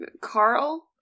Carl